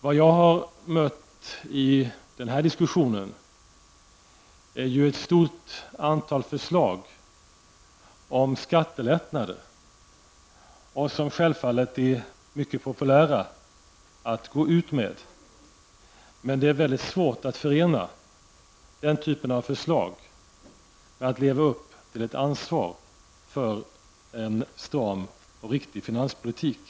Det jag har mött i den här diskussionen är ett stort antal förslag om skattelättnader. De är självfallet mycket populära att gå ut med, men det är mycket svårt att förena den typen av förslag med viljan att leva upp till ett ansvar för en stram och riktig finanspolitik.